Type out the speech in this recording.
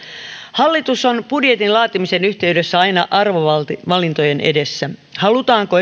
hallitus on budjetin laatimisen yhteydessä aina arvovalintojen edessä esimerkiksi halutaanko